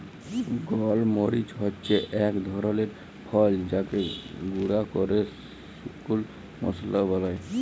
গল মরিচ হচ্যে এক ধরলের ফল যাকে গুঁরা ক্যরে শুকল মশলা বালায়